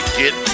get